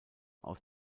aus